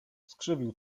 skrzywił